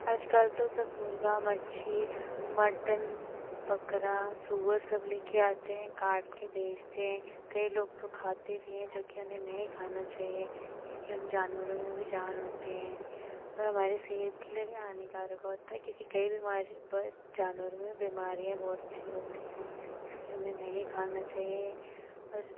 आज कल तो सब मुर्ग़ा मछली मटन बकरा सुअर सब लेकर आते हैं काटकर बेचते हैं कई लोग तो खाते भी हैं जो कि उन्हें नहीं खाना चाहिए क्योंकि उन जानवरों में भी जान होती हैं और हमारे सेहत के लिए भी हानिकारक होता है क्योंकि कई बीमारी जानवरों में बीमारियाँ बहुत सी होती है इसलिए हमें नहीं खाना चाहिए और